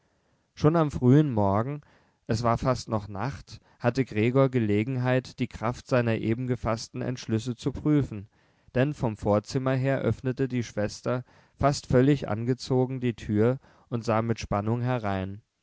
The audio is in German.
schon am frühen morgen es war fast noch nacht hatte gregor gelegenheit die kraft seiner eben gefaßten entschlüsse zu prüfen denn vom vorzimmer her öffnete die schwester fast völlig angezogen die tür und sah mit spannung herein